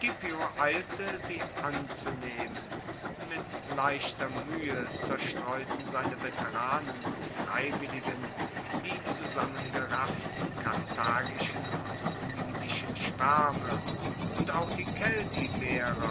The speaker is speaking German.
sie anzunehmen mit leichter muehe zerstreuten seine veteranen und freiwilligen die zusammengerafften karthagischen und numidischen schwaerme und auch die